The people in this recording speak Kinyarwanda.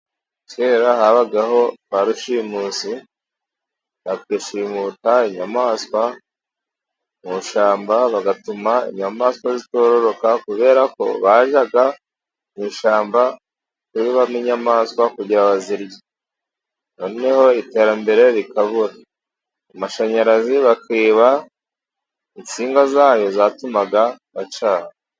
Kera habagaho ba rushimusi bagashimuta inyamaswa mu ishyamba bagatuma inyamaswa zitororoka kubera ko bajyaga mu ishyamba kwibamo inyamaswa kugira bazirye, noneho iterambere rikabura, amashanyarazi bakiba insinga zayo zatumaga bacana.